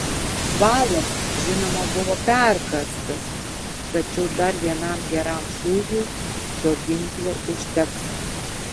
valas žinoma buvo perkąstas tačiau dar vienam geram šūviui šio ginklo užteks